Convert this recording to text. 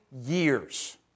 years